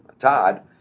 Todd